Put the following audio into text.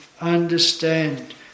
understand